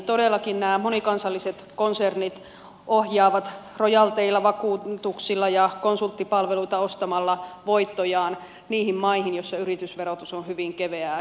todellakin nämä monikansalliset konsernit ohjaavat rojalteilla vakuutuksilla ja konsulttipalveluita ostamalla voittojaan niihin maihin joissa yritysverotus on hyvin keveää